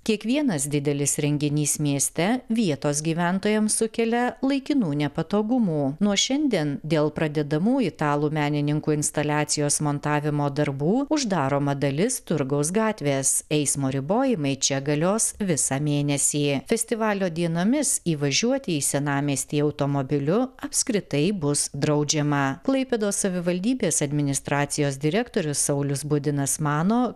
kiekvienas didelis renginys mieste vietos gyventojams sukelia laikinų nepatogumų nuo šiandien dėl pradedamų italų menininkų instaliacijos montavimo darbų uždaroma dalis turgaus gatvės eismo ribojimai čia galios visą mėnesį festivalio dienomis įvažiuoti į senamiestį automobiliu apskritai bus draudžiama klaipėdos savivaldybės administracijos direktorius saulius budinas mano